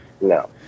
no